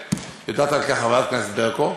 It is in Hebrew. יודעת על כך חברת הכנסת ברקו,